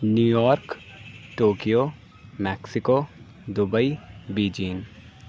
new York Tokyo Mexico Dubai Beijing